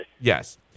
Yes